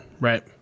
right